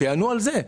שיענו על זה.